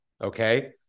Okay